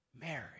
Mary